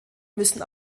müssen